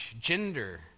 gender